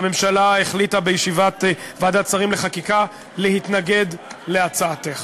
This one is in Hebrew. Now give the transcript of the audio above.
הממשלה החליטה בישיבת ועדת השרים לחקיקה להתנגד להצעתך.